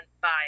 Bye